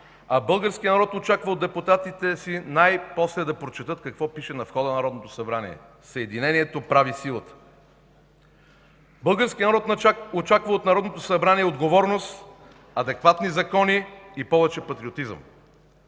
а българският народ очаква от депутатите си най-после да прочетат какво пише на входа на Народното събрание – „Съединението прави силата”. Българският народ очаква от Народното събрание отговорност, адекватни закони и повече патриотизъм.